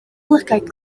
lygaid